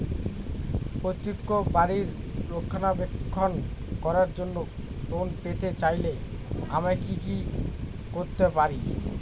পৈত্রিক বাড়ির রক্ষণাবেক্ষণ করার জন্য ঋণ পেতে চাইলে আমায় কি কী করতে পারি?